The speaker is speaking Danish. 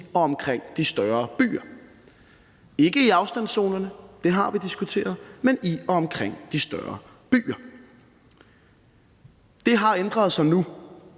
i og omkring de større byer – ikke i afstandszonerne, det har vi diskuteret, men i og omkring de større byer. Det har ændret sig nu,